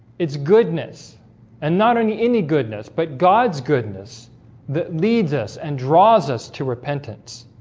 its goodness and not only any goodness, but god's goodness that leads us and draws us to repentance